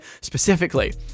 specifically